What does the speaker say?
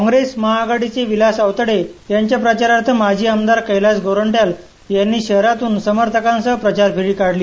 कॉंग्रेस महाआघाडीचे विलास अवतडे यांच्या प्रचारार्थ माझी आमदार कैलास गोरंडल यांनी शहरातून समर्थकांसह प्रचार फेरी काढली